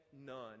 none